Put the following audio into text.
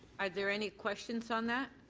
are there any questions on that?